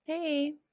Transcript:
Hey